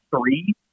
three